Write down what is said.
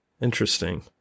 Interesting